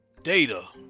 data.